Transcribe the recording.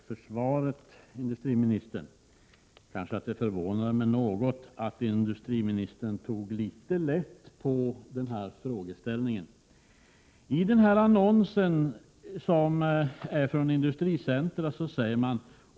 I en av Norrbottenstidningarna från torsdagen den 17 mars fanns en platsannons från Industricentra i Skellefteå.